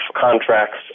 contracts